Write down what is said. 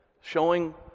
Showing